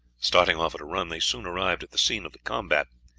starting off at a run, they soon arrived at the scene of combat,